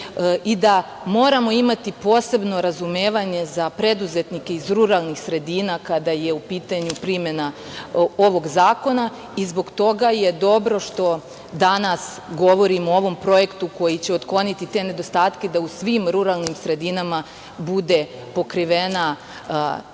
da moramo imati posebno razumevanje za preduzetnike iz ruralnih sredina kada je u pitanju primena ovog zakona i zbog toga je dobro što danas govorimo o ovom projektu, koji će otkloniti te nedostatke, da sve ruralne sredine budu pokrivene